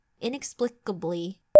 Inexplicably